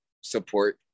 support